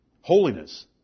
Holiness